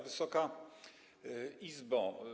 Wysoka Izbo!